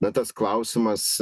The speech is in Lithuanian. na tas klausimas